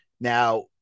Now